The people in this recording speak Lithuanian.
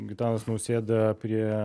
gitanas nausėda prie